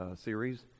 series